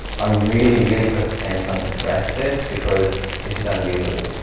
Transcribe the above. ah really really hope samsung address this because this is unusable